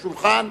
"השולחן",